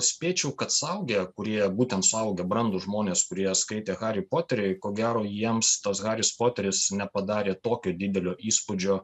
spėčiau kad suaugę kurie būtent suaugę brandūs žmonės kurie skaitė harį poterį ko gero jiems tas haris poteris nepadarė tokio didelio įspūdžio